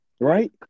right